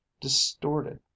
distorted